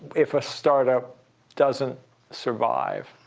if a startup doesn't survive,